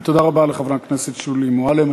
תודה רבה לחברת הכנסת שולי מועלם.